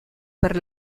per